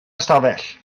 ystafell